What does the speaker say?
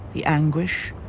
the anguish.